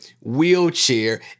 wheelchair